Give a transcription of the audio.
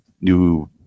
new